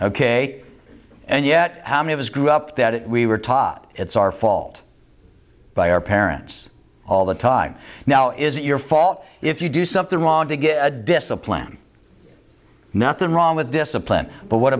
ok and yet how many of us grew up that we were taught it's our fault by our parents all the time now is it your fault if you do something wrong to get a discipline nothing wrong with discipline but what